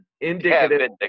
indicative